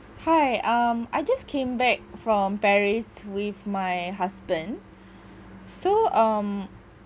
hi um I just came back from paris with my husband so um